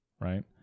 right